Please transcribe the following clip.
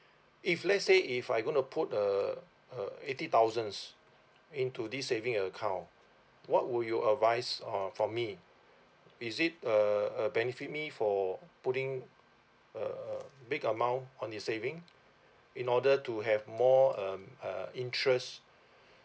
if let's say if I'm going to put a a eighty thousands into this saving account what would you advise uh for me is it a a benefit me for putting a a big amount on its saving in order to have more um uh interest